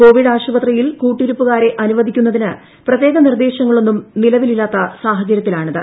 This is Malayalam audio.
കോവിഡ് ആശുപത്രിയിൽ കൂട്ടിരിപ്പുകാരെ അനുവദിക്കുന്നതിന് പ്രത്യേക നിർദ്ദേശങ്ങളൊന്നും നിലവില്ലാത്ത സാഹചര്യത്തിലാണിത്